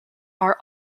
are